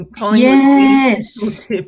Yes